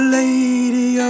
lady